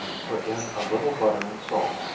put in a little butter and salt.